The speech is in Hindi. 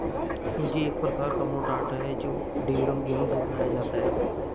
सूजी एक प्रकार का मोटा आटा है जो ड्यूरम गेहूं से बनाया जाता है